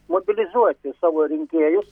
mobilizuoti savo rinkėjus